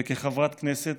וכחברת כנסת